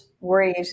worried